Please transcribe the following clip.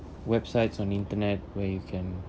websites on internet where you can